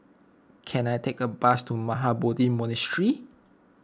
can I take a bus to Mahabodhi Monastery